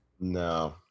No